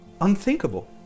unthinkable